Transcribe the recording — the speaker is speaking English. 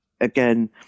Again